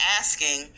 asking